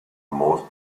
most